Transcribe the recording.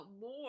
more